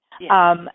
Yes